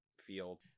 field